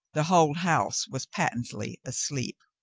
the whole house was patently asleep.